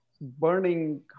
burning